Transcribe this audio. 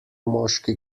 moški